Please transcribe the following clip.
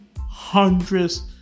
hundreds